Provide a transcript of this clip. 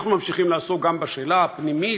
אנחנו ממשיכים לעסוק גם בשאלה הפנימית,